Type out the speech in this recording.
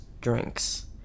drinks